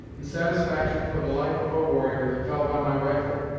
in satisfaction for the life of a warrior that fell by my rifle,